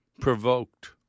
provoked